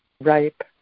ripe